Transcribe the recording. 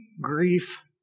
grief